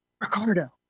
Ricardo